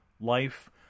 life